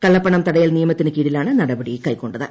കള്ളപ്പണം തടയൽ നിയമത്തിന് കീഴിലാണ് നടപടി കൈക്കൊണ്ടത്